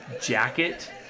jacket